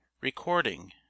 Recording